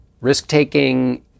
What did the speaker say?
risk-taking